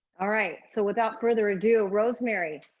all right, so without further adieu, rosemary,